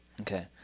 okay